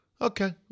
Okay